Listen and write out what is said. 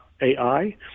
AI